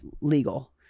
legal